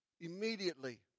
Immediately